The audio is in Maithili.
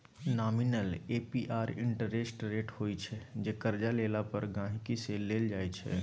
नामिनल ए.पी.आर इंटरेस्ट रेट होइ छै जे करजा लेला पर गांहिकी सँ लेल जाइ छै